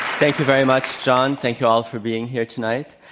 thank you very much, john. thank you all for being here tonight.